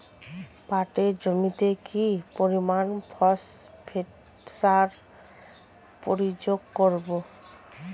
পাটের জমিতে কি পরিমান ফসফেট সার প্রয়োগ করব?